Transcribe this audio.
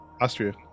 Austria